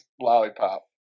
lollipop